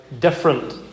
different